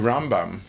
Rambam